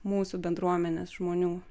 mūsų bendruomenės žmonių